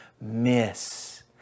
miss